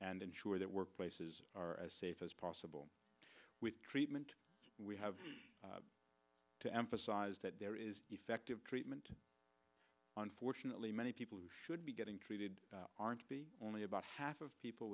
and ensure that workplaces are as safe as possible with treatment we have to emphasize that there is effective treatment unfortunately many people who should be getting treated aren't only about half of people